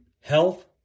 health